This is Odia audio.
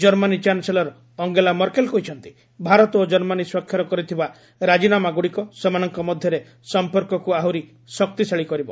ଜର୍ମାନୀ ଚାନ୍ସେଲ୍ର ଅଙ୍ଗେଲା ମର୍କେଲ୍ କହିଛନ୍ତି ଭାରତ ଓ ଜର୍ମାନୀ ସ୍ୱାକ୍ଷର କରିଥିବା ରାଜିନାମାଗୁଡ଼ିକ ସେମାନଙ୍କ ମଧ୍ୟରେ ସମ୍ପର୍କକୁ ଆହୁରି ଶକ୍ତିଶାଳୀ କରିବ